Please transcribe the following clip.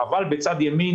אבל בצד ימין